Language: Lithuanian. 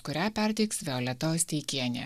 kurią perteiks violeta osteikienė